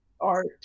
art